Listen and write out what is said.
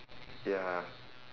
ya